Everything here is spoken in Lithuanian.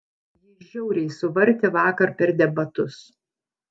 jį žiauriai suvartė vakar per debatus